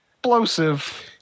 explosive